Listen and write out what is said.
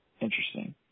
Interesting